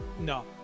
No